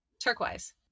Turquoise